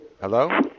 Hello